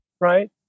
right